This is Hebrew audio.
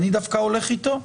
אני דווקא הולך איתו.